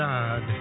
God